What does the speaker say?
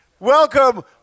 Welcome